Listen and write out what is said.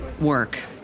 work